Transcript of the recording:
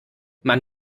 man